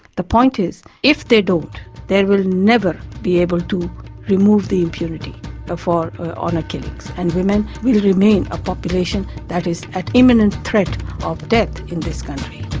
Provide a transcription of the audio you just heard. the point is, if they don't they will never be able to remove the impunity for for honour killings, and women will remain a population that is at imminent threat of death in this country.